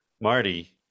Marty